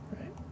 Right